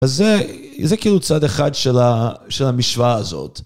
אז זה, זה כאילו צד אחד של המשוואה הזאת.